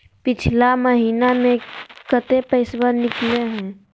पिछला महिना मे कते पैसबा निकले हैं?